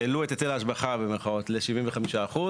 העלו את היטל ההשבחה ל-75 אחוז,